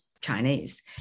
Chinese